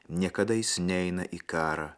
niekada jis neina į karą